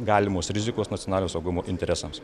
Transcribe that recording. galimos rizikos nacionalinio saugumo interesams